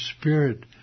Spirit